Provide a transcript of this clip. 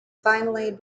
finally